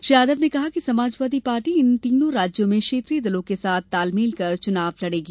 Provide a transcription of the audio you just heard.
श्री यादव ने कहा कि समाजवादी पार्टी इन तीनों राज्यों में क्षेत्रीय दलों के साथ तालमेल कर चुनाव लड़ेगी